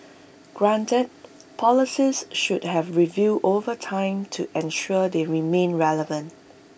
granted policies should have reviewed over time to ensure they remain relevant